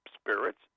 spirits